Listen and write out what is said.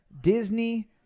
Disney